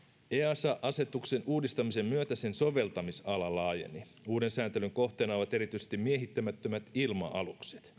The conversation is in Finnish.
easa asetuksen uudistamisen myötä sen soveltamisala laajeni uuden sääntelyn kohteena ovat erityisesti miehittämättömät ilma alukset